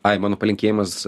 ai mano palinkėjimas